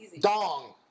Dong